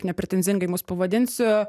nepretenzingai mus pavadinsiu